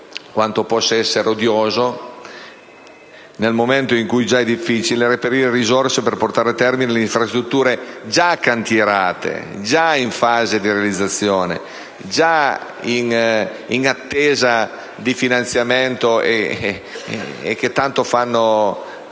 quanto possa ciò essere odioso in un momento in cui è già difficile reperire risorse per portare a termine le infrastrutture già cantierate, già in fase di realizzazione e in attesa di finanziamento e che tanto fanno